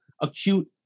acute